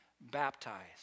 baptized